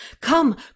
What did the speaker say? Come